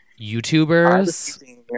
YouTubers